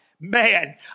Man